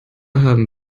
haben